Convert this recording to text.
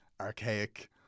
archaic